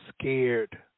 scared